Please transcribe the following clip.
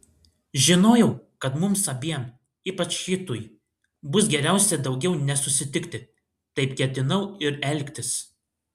žinojau kad mums abiem ypač hitui bus geriausia daugiau nesusitikti taip ketinau ir elgtis